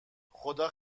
خدا